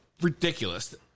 ridiculous